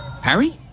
Harry